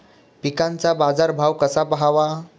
पिकांचा बाजार भाव कसा पहावा?